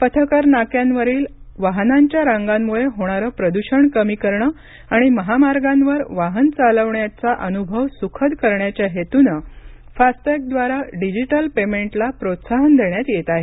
पथकर नाक्यांवरील वाहनांच्या रांगांमुळे होणारं प्रदूषम कमी करणं आणि महामार्गांवर वाहन चालवण्याचा अनुभव सुखद करण्याच्या हेतूनं फास्टॅगद्वारा डिजिटल पेमेंटला प्रोत्साहन देण्यात येत आहे